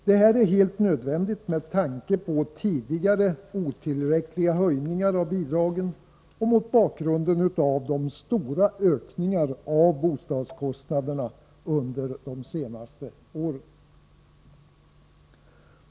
Detta är helt nödvändigt med tanke på tidigare otillräckliga höjningar av bidragen och mot bakgrund av de stora ökningarna av bostadskostnaderna under de senaste åren.